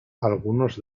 algunos